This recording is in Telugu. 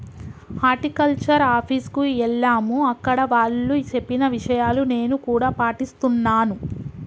హార్టికల్చర్ ఆఫీస్ కు ఎల్లాము అక్కడ వాళ్ళు చెప్పిన విషయాలు నేను కూడా పాటిస్తున్నాను